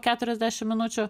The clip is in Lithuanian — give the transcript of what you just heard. keturiasdešimt minučių